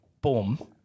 Boom